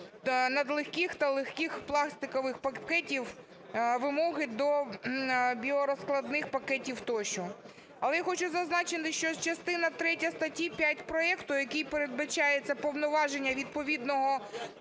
надлегких та легких пластикових пакетів, вимоги до біорозкладних пакетів тощо. Але я хочу зазначити, що частина третя статті 5 проекту, в якій передбачається повноваження відповідного